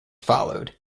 followed